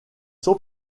sont